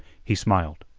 he smiled.